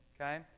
Okay